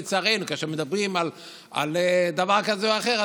לצערנו: כאשר מדברים על דבר כזה או אחר,